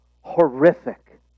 horrific